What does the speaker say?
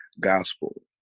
gospel